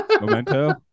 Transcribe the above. Memento